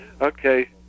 Okay